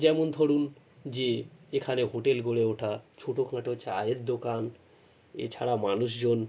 যেমন ধরুন যে এখানে হোটেলগুলো ওঠা ছোটো খাঁটো চায়ের দোকান এছাড়া মানুষজন